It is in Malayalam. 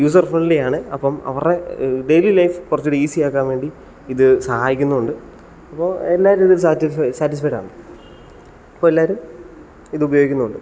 യൂസർ ഫ്രണ്ട്ലിയാണ് അപ്പം അവരുടെ ഡെയിലി ലൈഫ് കുറച്ചു കൂടെ ഈസിയാക്കാൻ വേണ്ടി ഇത് സഹായിക്കുന്നു ഉണ്ട് അപ്പോൾ എല്ലാവരും ഇതിൽ സാറ്റിസ്ഫൈ സാറ്റിസ്ഫൈഡാണ് അപ്പോൾ എല്ലാവരും ഇത് ഉപയോഗിക്കുന്നും ഉണ്ട്